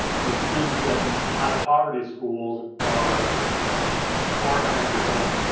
you know students in high poverty schools are at a far higher percentage,